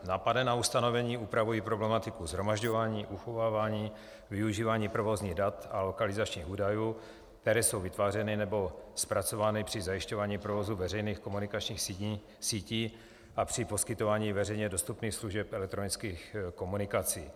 Napadená ustanovení upravují problematiku shromažďování, uchovávání, využívání provozních dat a lokalizačních údajů, které jsou vytvářeny nebo zpracovány při zajišťování provozu veřejných komunikačních sítí a při poskytování veřejně dostupných služeb elektronických komunikací.